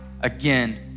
Again